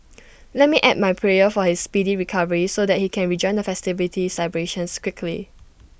let me add my prayer for his speedy recovery so that he can rejoin the festivity celebrations quickly